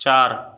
চার